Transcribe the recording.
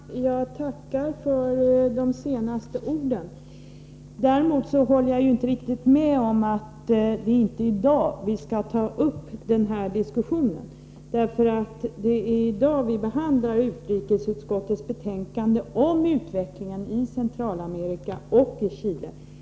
Fru talman! Jag tackar för de senaste orden. Däremot håller jag inte riktigt med om att det inte är i dag vi skall ta upp den här diskussionen, eftersom det är i dag vi behandlar utrikesutskottets betänkande om utvecklingen i Centralamerika och Chile.